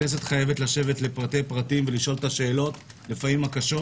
לשבת לפרטי-פרטים ולשאול את השאלות - לפעמים הקשות